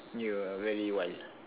you are very wild